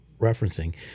referencing